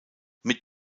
mit